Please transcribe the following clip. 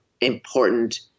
important